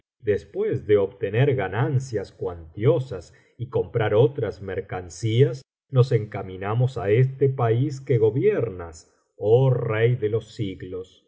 después de obtener ganancias cuantiosas y comprar otras mercancías nos encaminamos á este país que gobiernas oh rey de los siglos y